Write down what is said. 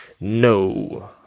No